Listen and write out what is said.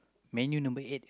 Man-U number eight